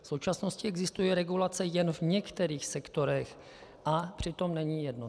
V současnosti existuje regulace jen v některých sektorech a přitom není jednotná.